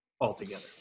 altogether